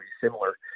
similar